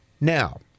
Now